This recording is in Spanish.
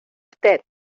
usted